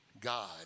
God